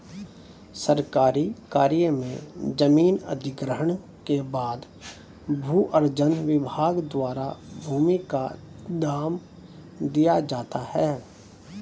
सरकारी कार्य में जमीन अधिग्रहण के बाद भू अर्जन विभाग द्वारा भूमि का दाम दिया जाता है